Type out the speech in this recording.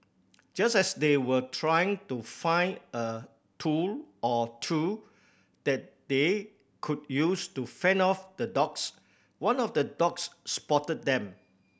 just as they were trying to find a tool or two that they could use to fend off the dogs one of the dogs spotted them